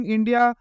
India